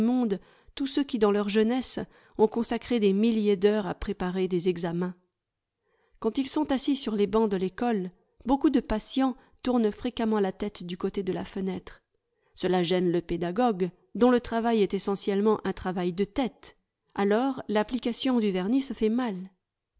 tous ceux qui dans leur jeunesse ont consacré des milliers d'heures à préparer des examens quand ils sont assis sur les bancs de l'école beaucoup de patients tournent fréquemment la tête du coté de la fenêtre gela gêne le pédagogue dont le travail est essentiellement un travail de tête alors l'application du vernis sa fait mal